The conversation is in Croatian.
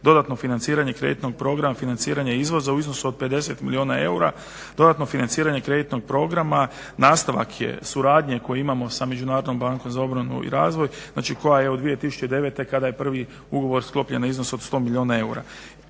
Dodatno financiranje kreditnog programa financiranja izvoza u iznosu od 50 milijuna eura. Dodatno financiranje kreditnog programa nastavak je suradnje koje imamo sa Međunarodnom bankom za obnovu i razvoj. Znači koja je od 2009. kada je prvi ugovor sklopljen na iznos od 100 milijuna eura.